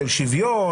של שוויון,